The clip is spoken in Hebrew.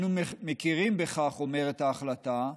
אנו מכירים בכך, אומרת ההחלטה,